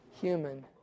Human